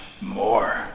more